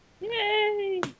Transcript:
Yay